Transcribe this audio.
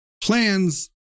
plans